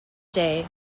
day